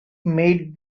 made